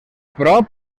prop